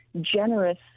generous